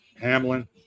Hamlin